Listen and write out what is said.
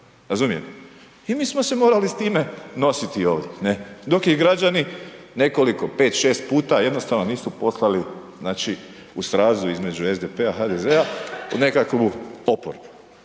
Razumijete. I mi smo se morali s time nositi ovdje, ne, dok ih građani nekoliko pet, šest puta jednostavno nisu poslali u srazu između SDP-a HDZ-a u nekakvu oporbu.